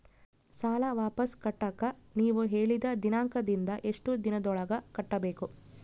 ಸಾಲ ವಾಪಸ್ ಕಟ್ಟಕ ನೇವು ಹೇಳಿದ ದಿನಾಂಕದಿಂದ ಎಷ್ಟು ದಿನದೊಳಗ ಕಟ್ಟಬೇಕು?